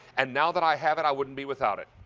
and now that i have it, i wouldn't be without it.